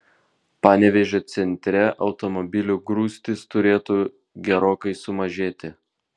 panevėžio centre automobilių grūstys turėtų gerokai sumažėti